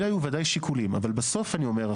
אלה היו ודאי שיקולים אבל בסוף אני אומר,